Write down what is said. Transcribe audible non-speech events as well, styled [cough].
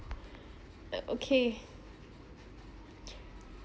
[breath] uh okay [noise]